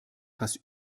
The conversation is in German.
fast